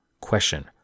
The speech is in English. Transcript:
Question